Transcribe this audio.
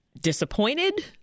disappointed